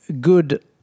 good